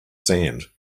sand